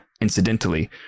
incidentally